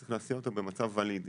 צריך להסיע אותה במצב ולידי,